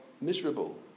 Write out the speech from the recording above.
miserable